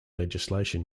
legislation